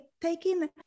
taking